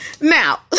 now